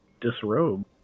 disrobe